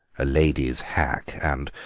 a lady's hack, and,